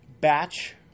Batch